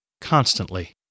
constantly